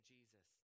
Jesus